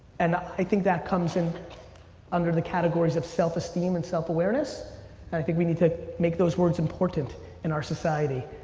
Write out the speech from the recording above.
and i think that comes under the categories of self-esteem and self-awareness and i think we need to make those words important in our society.